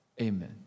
amen